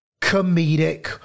comedic